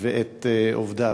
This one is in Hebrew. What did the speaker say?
ואת עובדיו.